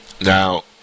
Now